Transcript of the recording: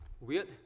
weird